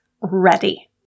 ready